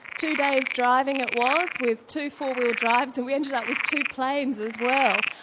two days driving it was with two four-wheel drives and we ended up with two planes as well.